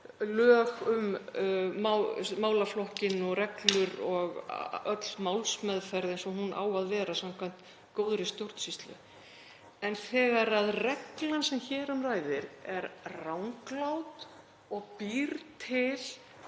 lög um málaflokkinn og reglur og öll málsmeðferð eins og hún á að vera samkvæmt góðri stjórnsýslu, sé það að þegar reglan sem hér um ræðir er ranglát og býr til